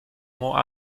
more